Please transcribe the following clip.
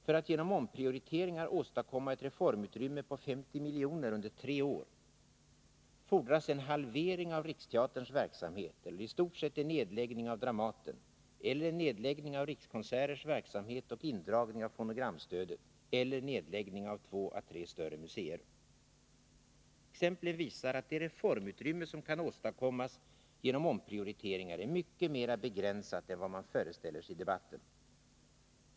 För att genom omprioriteringar åstadkomma ett reformutrymme på 50 milj.kr. under tre år fordras en halvering av Riksteaterns verksamhet eller i stort sett nedläggning av Dramaten eller nedläggning av Rikskonserters verksamhet samt indragning av fonogramstödet eller nedläggning av två å tre större museer. Exemplen visar att det reformutrymme som kan åstadkommas genom omprioriteringar är mycket mer begränsat än vad man föreställer sig i debatten.